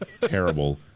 Terrible